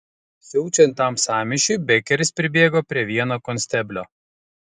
siaučiant tam sąmyšiui bekeris pribėgo prie vieno konsteblio